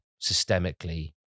systemically